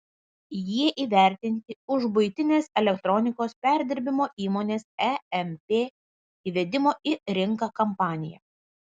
jie įvertinti už buitinės elektronikos perdirbimo įmonės emp įvedimo į rinką kampaniją